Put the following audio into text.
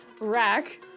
Rack